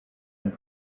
and